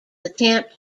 attempt